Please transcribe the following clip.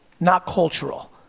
not cultural.